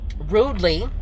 rudely